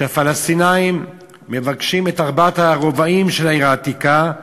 שהפלסטינים מבקשים את ארבעת הרבעים של העיר העתיקה,